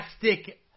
fantastic